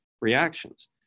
reactions